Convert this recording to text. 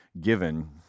given